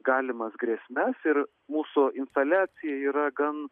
galimas grėsmes ir mūsų instaliacija yra gan